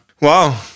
wow